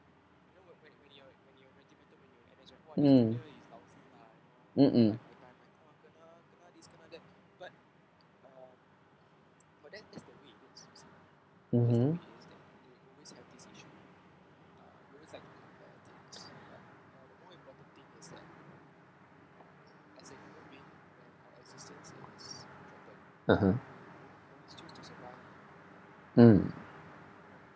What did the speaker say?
mm um mm mmhmm (uh huh) mm